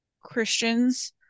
christians